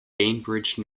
bainbridge